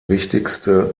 wichtigste